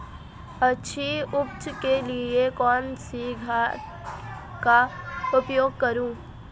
अच्छी उपज के लिए कौनसी खाद का उपयोग करूं?